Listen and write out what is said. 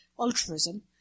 altruism